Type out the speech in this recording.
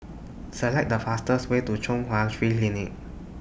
Select The fastest Way to Chung Hwa Free Clinic